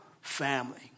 family